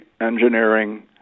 engineering